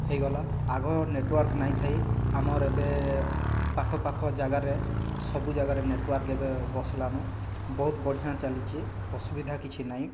ହେଇଗଲା ଆଗ ନେଟୱାର୍କ୍ ନାଇଁ ଥାଇ ଆମର୍ ଏବେ ପାଖ ପାଖ ଜାଗାରେ ସବୁଜାଗାରେ ନେଟୱାର୍କ୍ ଏବେ ବସିଲାନ ବହୁତ ବଢ଼ିଆଁ ଚାଲିଛି ଅସୁବିଧା କିଛି ନାଇଁ